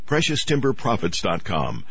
PreciousTimberProfits.com